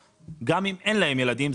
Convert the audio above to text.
גם אם אין להם ילדים,